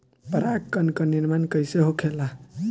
पराग कण क निर्माण कइसे होखेला?